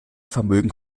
vermögen